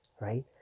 Right